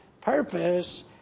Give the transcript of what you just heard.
purpose